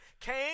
came